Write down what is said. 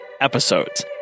episodes